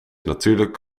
natuurlijk